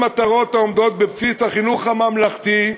מטרות העומדות בבסיס החינוך הממלכתי,